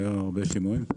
היו הרבה שינויים.